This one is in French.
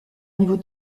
niveau